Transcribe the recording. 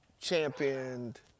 championed